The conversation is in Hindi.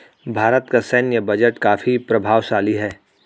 भारत का सैन्य बजट काफी प्रभावशाली है